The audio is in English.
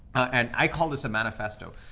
and i call this a manifesto.